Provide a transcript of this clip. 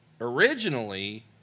originally